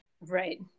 Right